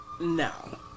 No